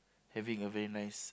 having a very nice